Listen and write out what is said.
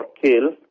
killed